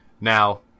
Now